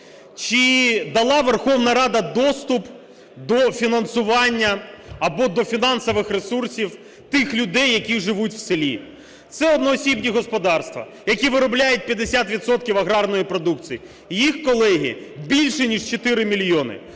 чи дала Верховна Рада доступ до фінансування або до фінансових ресурсів тих людей, які живуть в селі. Це одноосібні господарства, які виробляють 50 відсотків аграрної продукції і їх, колеги, більше ніж 4 мільйони,